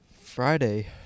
Friday